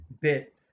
bit